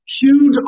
huge